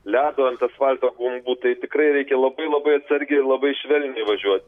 ledo ant asfalto gumbų tai tikrai reikia labai labai atsargiai ir labai švelniai važiuot